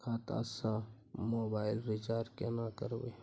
खाता स mobile recharge केना करबे?